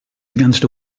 against